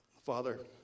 Father